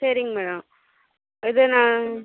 சரிங்க மேடம் இது நான்